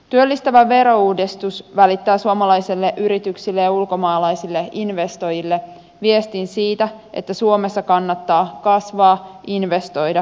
työllistävä verouudistus välittää suomalaisille yrityksille ja ulkomaalaisille investoijille viestin siitä että suomessa kannattaa kasvaa investoida ja työllistää